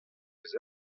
eus